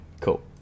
cool